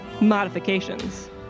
modifications